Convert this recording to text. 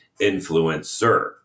influencer